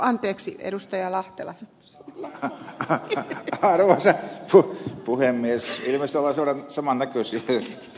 anteeksi edustaja lahtela ja rapiat päälle ja se luo pohjan myös hieman arvoisa puhemies